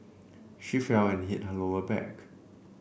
she fell and hit her lower back